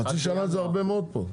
חצי שנה זה הרבה מאוד פה.